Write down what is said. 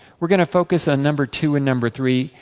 we are going to focus on number two and number three,